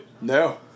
No